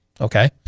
Okay